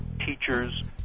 teachers